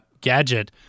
Gadget